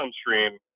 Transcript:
stream